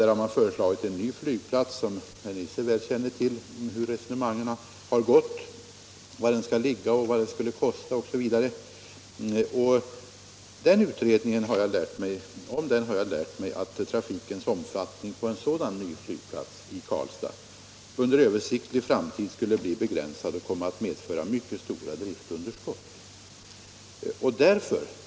Man har föreslagit en ny flygplats — herr Nisser känner väl till hur resonemangen har gått — och angivit var den skulle ligga, vad den skulle kosta osv. Av den utredningen har jag lärt mig att trafikens omfattning på en sådan flygplats i Karlstad under överskådlig framtid skulle bli begränsad och att trafiken skulle komma att medföra mycket stora driftunderskott.